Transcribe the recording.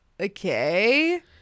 okay